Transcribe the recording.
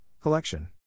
Collection